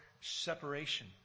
separation